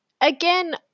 again